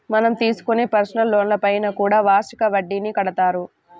మనం తీసుకునే పర్సనల్ లోన్లపైన కూడా వార్షిక వడ్డీని కడతారు